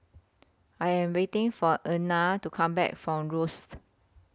I Am waiting For Ena to Come Back from Rosyth